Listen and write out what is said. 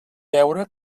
veure